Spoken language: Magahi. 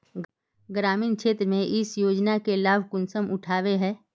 ग्रामीण क्षेत्र में इस योजना के लाभ कुंसम उठावे है?